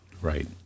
Right